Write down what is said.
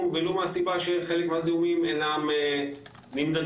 ולו מהסיבה שחלק מהזיהומים אינם נמדדים.